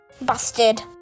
busted